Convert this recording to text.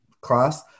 class